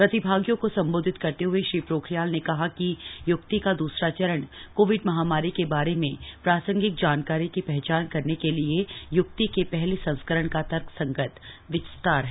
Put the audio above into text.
प्रतिभागियों को संबोधित करते हए श्री पोखरियाल ने कहा कि य्क्ति का द्सरा चरण कोविड महामारी के बारे में प्रासंगिक जानकारी की पहचान करने के लिए य्क्ति के पहले संस्करण का तर्कसंगत विस्तार है